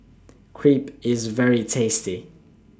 Crepe IS very tasty